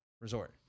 resort